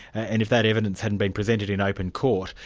and if that evidence hadn't been presented in open court,